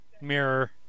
Mirror